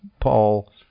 Paul